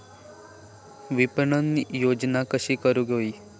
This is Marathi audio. विपणन योजना कशी करुक होई?